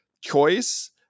choice